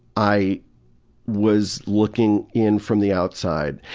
i was looking in from the outside,